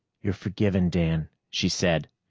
you're forgiven, dan, she said.